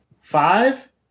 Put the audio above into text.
Five